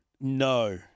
No